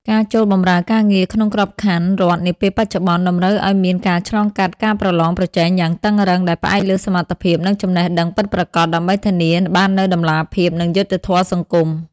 ការចូលបម្រើការងារក្នុងក្របខ័ណ្ឌរដ្ឋនាពេលបច្ចុប្បន្ន តម្រូវឱ្យមានការឆ្លងកាត់ការប្រឡងប្រជែងយ៉ាងតឹងរ៉ឹង ដែលផ្អែកលើសមត្ថភាព និងចំណេះដឹងពិតប្រាកដ ដើម្បីធានាបាននូវតម្លាភាព និងយុត្តិធម៌សង្គម។